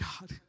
God